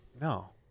No